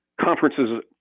conferences